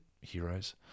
heroes